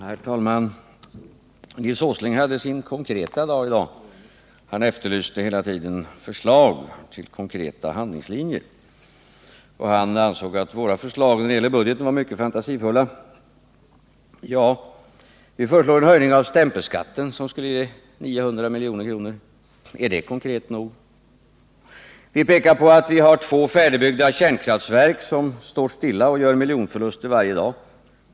Herr talman! Nils Åsling har sin konkreta dag i dag. Han efterlyste hela tiden förslag till konkreta handlingslinjer och ansåg att våra förslag när det gällde budgeten är mycket fantasifulla. Ja, vi föreslår en höjning av stämpelskatten, som skulle ge 900 milj.kr. Är det konkret nog? Vi pekar på att två färdigbyggda kärnkraftverk står stilla och gör miljonförluster varje dag.